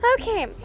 Okay